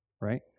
Right